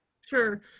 Sure